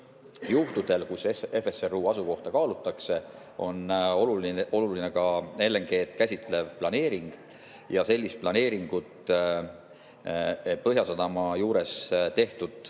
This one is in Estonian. pool], kuhu FSRU asukohta kaalutakse, on oluline ka LNG‑d käsitlev planeering, aga sellist planeeringut Põhjasadama juures tehtud